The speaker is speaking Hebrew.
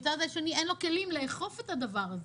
מצד שני אין לו כלים לאכוף את הדבר הזה,